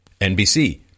NBC